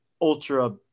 ultra